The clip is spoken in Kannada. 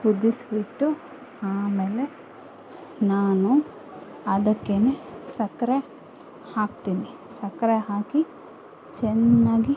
ಕುದಿಸ್ಬಿಟ್ಟು ಆಮೇಲೆ ನಾನು ಅದಕ್ಕೆ ಸಕ್ಕರೆ ಹಾಕ್ತೀನಿ ಸಕ್ಕರೆ ಹಾಕಿ ಚೆನ್ನಾಗಿ